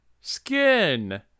skin